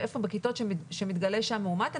בכיתות בהן מתגלה מאומת,